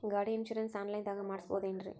ಗಾಡಿ insurance online ದಾಗ ಮಾಡಸ್ಬಹುದೆನ್ರಿ?